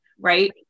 Right